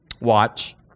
watch